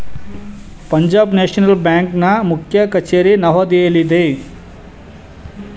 Punjab national ಬ್ಯಾಂಕ್ನ ಮುಖ್ಯ ಕಚೇರಿ ನವದೆಹಲಿಯಲ್ಲಿದೆ